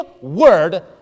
word